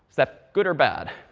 that good or bad?